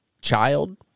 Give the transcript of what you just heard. child